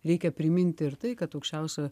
reikia priminti ir tai kad aukščiausio